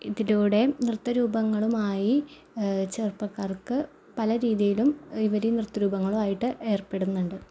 ഇതിലൂടെ നൃത്തരൂപങ്ങളുമായി ചെറുപ്പക്കാർക്ക് പല രീതിയിലും ഇവർ ഈ നൃത്തരൂപങ്ങളുവായിട്ട് ഏർപ്പെടുന്നുണ്ട്